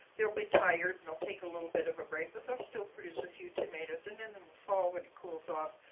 they'll be tired and they'll take a little bit of a break, but they'll still produce a few tomatoes and then in fall when it cools off,